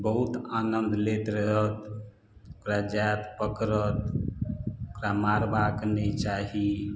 बहुत आनन्द लैत रहत ओकरा जाइत पकड़त ओकरा मारबाक नहि चाही